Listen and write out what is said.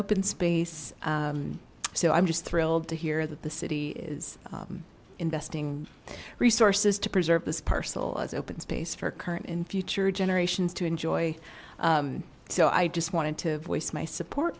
open space so i'm just thrilled to hear that the city is investing resources to preserve this parcel as open space for current and future generations to enjoy so i just wanted to voice my support